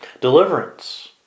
deliverance